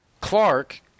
Clark